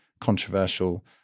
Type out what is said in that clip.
controversial